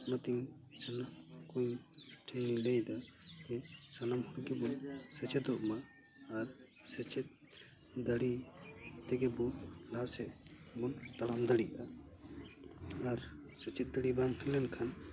ᱚᱱᱟᱛᱮᱧ ᱥᱟᱱᱟᱢ ᱠᱚᱧ ᱴᱷᱮᱱ ᱤᱧ ᱞᱟᱹᱭᱫᱟ ᱡᱟᱛᱮ ᱥᱟᱱᱟᱢ ᱦᱚᱲ ᱜᱮᱵᱚᱱ ᱥᱮᱪᱮᱫᱚᱜ ᱢᱟ ᱟᱨ ᱥᱮᱪᱮᱫ ᱫᱟᱲᱮ ᱛᱮᱜᱮ ᱵᱚ ᱞᱟᱦᱟᱥᱮᱜ ᱵᱚᱱ ᱛᱟᱲᱟᱢ ᱫᱟᱲᱮᱭᱟᱜᱼᱟ ᱟᱨ ᱥᱮᱪᱮᱫ ᱫᱟᱲᱮ ᱵᱟᱝ ᱛᱟᱦᱮᱸ ᱞᱮᱱ ᱠᱷᱟᱱ